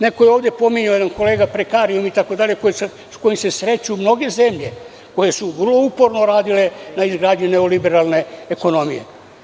Neko je ovde pominjao, jedan kolega, prekarijum, itd, sa koji se sreću mnoge zemlje koje su vrlo uporno radile na izgradnji neolibelarne ekonomije.